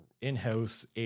in-house